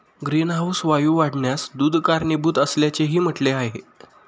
greenhouse वायू वाढण्यास दूध कारणीभूत असल्याचेही म्हटले आहे